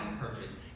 purpose